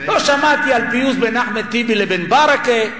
לא שמעתי על פיוס בין אחמד טיבי לבין ברכה.